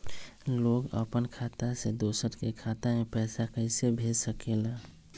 लोग अपन खाता से दोसर के खाता में पैसा कइसे भेज सकेला?